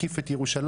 הקיף את ירושלים,